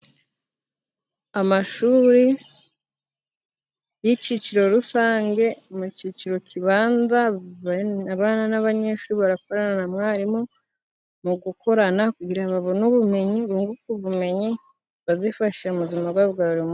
Amashuri y'icyiciro rusange mu cyiciro kibanza, abana n'abanyeshuri bakorana na mwarimu mu gukorana kugira babone ubumenyi, bunguke ubumenyi bazifashisha mu buzima bwa buri munsi.